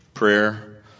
prayer